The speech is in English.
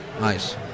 Nice